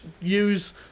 use